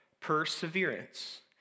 perseverance